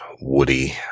Woody